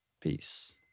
Peace